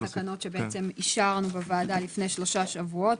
של ביטול התקנות שבעצם אישרנו בוועדה לפני שלושה שבועות,